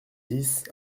dix